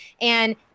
And-